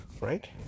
right